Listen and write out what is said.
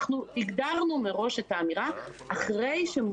הגדרנו מראש את האמירה: אחרי הסגר השלישי,